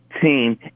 team